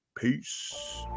peace